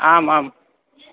आम् आम्